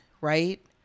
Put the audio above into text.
right